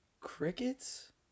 crickets